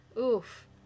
oof